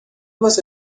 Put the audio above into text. você